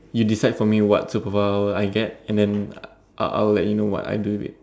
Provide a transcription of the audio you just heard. you decide for me what superpower I get and then I I'll let you know what I do with it